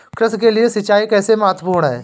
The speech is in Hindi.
कृषि के लिए सिंचाई कैसे महत्वपूर्ण है?